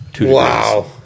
Wow